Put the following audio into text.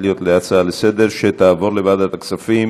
להיות הצעה לסדר-היום שתועבר לוועדת הכספים.